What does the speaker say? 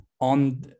on